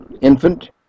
infant